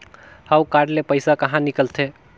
हव कारड ले पइसा कहा निकलथे?